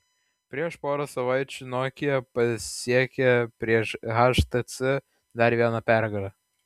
prieš porą savaičių nokia pasiekė prieš htc dar vieną pergalę